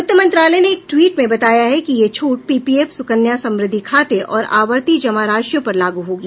वित्त मंत्रालय ने एक ट्वीट में बताया कि यह छूट पीपीएफ सुकन्या समृद्धि खाते और आवर्ती जमा राशियों पर लागू होगी